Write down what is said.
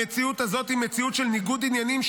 המציאות הזאת היא מציאות של ניגוד עניינים,